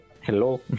Hello